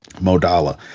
Modala